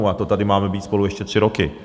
A to tady máme být spolu ještě tři roky.